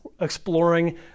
exploring